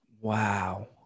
Wow